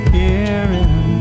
hearing